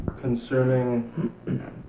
Concerning